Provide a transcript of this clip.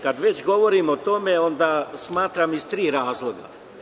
Kad već govorimo o tome, onda smatram iz tri razloga.